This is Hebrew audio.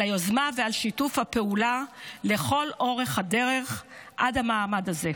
על היוזמה ועל שיתוף הפעולה לכל אורך הדרך עד המעמד הזה.